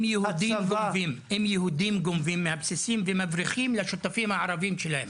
אם יהודים גונבים מהבסיסים ומבריחים לשותפים הערבים שלהם,